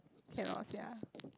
cannot sia